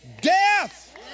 death